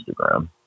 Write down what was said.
Instagram